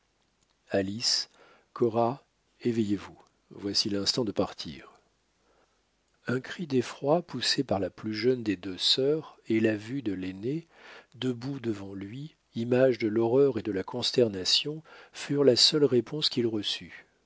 alice cora éveillez vous voici l'instant de partir un cri d'effroi poussé par la plus jeune des deux sœurs et la vue de l'aînée debout devant lui image de l'horreur et de la consternation furent la seule réponse qu'il reçut